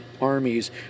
armies